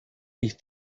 ich